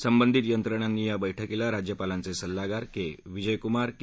संबंधित यंत्रणांनी या बर्वकीला राज्यापालांचे सल्लागार के विजय कुमार के